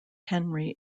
henry